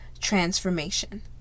transformation